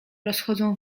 rozchodzą